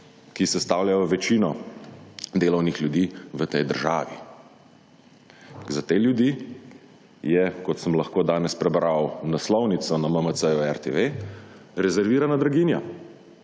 ki sestavljajo večino delovnih ljudi v tej državi. Za te ljudi je, kot sem lahko danes prebral naslovnico na MMC RTV, rezervirana draginja.